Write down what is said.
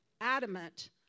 adamant